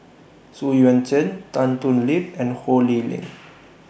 Xu Yuan Zhen Tan Thoon Lip and Ho Lee Ling